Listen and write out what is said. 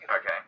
Okay